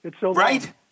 Right